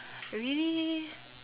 really